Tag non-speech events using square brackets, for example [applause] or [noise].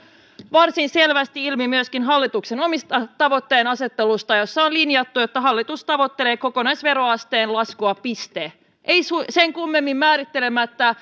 varsin selvästi ilmi myöskin hallituksen omista tavoitteiden asetteluista joissa on linjattu että hallitus tavoittelee kokonaisveroasteen laskua piste sen kummemmin määrittelemättä [unintelligible]